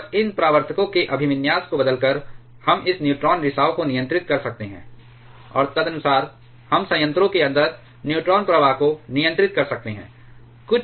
और इन परावर्तकों के अभिविन्यास को बदलकर हम इस न्यूट्रॉन रिसाव को नियंत्रित कर सकते हैं और तदनुसार हम संयंत्रों के अंदर न्यूट्रॉन प्रवाह को नियंत्रित कर सकते हैं